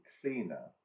cleaner